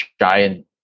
giant